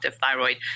thyroid